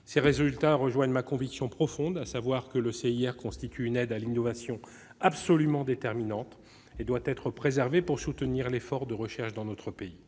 Ces résultats me confortent dans ma conviction profonde, à savoir que le CIR constitue une aide à l'innovation absolument déterminante et qu'il doit être préservé pour soutenir l'effort de recherche dans notre pays.